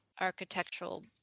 architectural